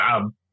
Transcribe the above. job